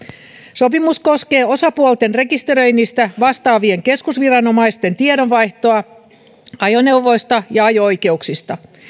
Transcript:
sopimus koskee osapuolten rekisteröinnistä vastaavien keskusviranomaisten tiedonvaihtoa ajoneuvoista ja ajo oikeuksista